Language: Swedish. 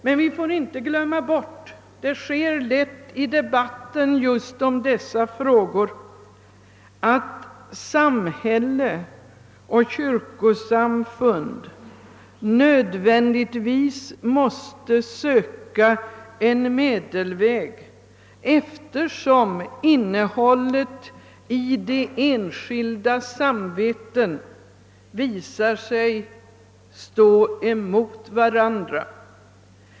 Men vi får inte glömma bort — det sker lätt i debatten i just dessa frågor — att samhälle och kyrkosamfund nödvändigtvis måste söka en medelväg, eftersom enskilda samveten visar sig stå emot varandra. När samvete står mot samvete skall vi söka ömsesidigt respektera varandras samveten.